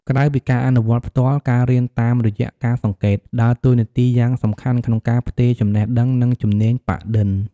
ក្រៅពីការអនុវត្តផ្ទាល់ ការរៀនតាមរយៈការសង្កេត ដើរតួនាទីយ៉ាងសំខាន់ក្នុងការផ្ទេរចំណេះដឹង និងជំនាញប៉ាក់-ឌិន។